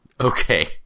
Okay